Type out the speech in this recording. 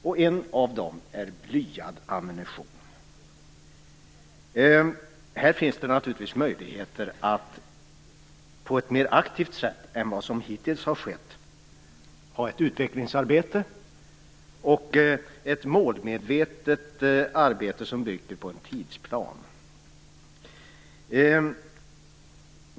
En sådan gäller blyad ammunition. Här finns det naturligtvis möjligheter att mera aktivt än som hittills varit fallet ha ett utvecklingsarbete och ett målmedvetet arbete som bygger på en tidsplan.